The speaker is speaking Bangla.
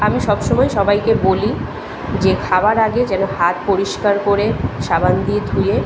আমি সব সময় সবাইকে বলি যে খাবার আগে যেন হাত পরিষ্কার করে সাবান দিয়ে ধুয়ে